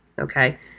okay